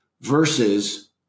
versus